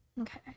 Okay